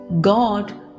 god